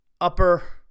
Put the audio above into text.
upper